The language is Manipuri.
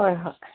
ꯍꯣꯏ ꯍꯣꯏ